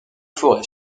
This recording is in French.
forêts